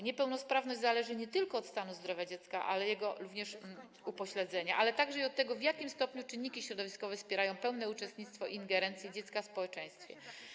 Niepełnosprawność zależy nie tylko od stanu zdrowia dziecka, ale również od jego upośledzenia, ale także od tego, w jakim stopniu czynniki środowiskowe wspierają pełne uczestnictwo i integrację dziecka w społeczeństwie.